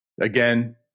Again